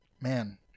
Man